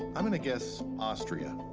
i'm gonna guess austria.